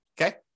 Okay